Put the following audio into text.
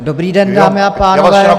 Dobrý den, dámy a pánové.